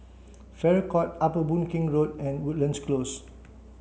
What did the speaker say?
Farrer Court Upper Boon Keng Road and Woodlands Close